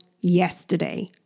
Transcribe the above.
yesterday